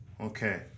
Okay